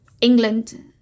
England